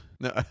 No